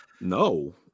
No